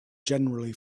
generally